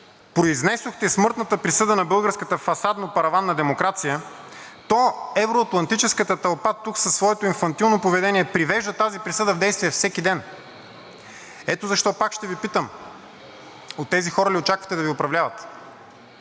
произнесохте смъртната присъда на българската фасадно-параванна демокрация, то евро-атлантическата тълпа тук със своето инфантилно поведение привежда тази присъда в действие всеки ден. Ето защо пак ще Ви питам: от тези хора ли очаквате да Ви управляват?